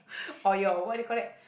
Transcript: or your what do you call that